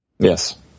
Yes